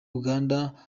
uganda